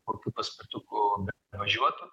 kokiu paspirtuku važiuotų